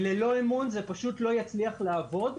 ללא אמון זה פשוט לא יצליח לעבוד.